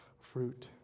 fruit